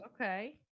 Okay